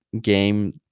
game